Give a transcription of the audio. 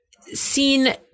seen